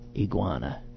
iguana